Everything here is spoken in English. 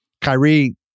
Kyrie